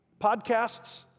podcasts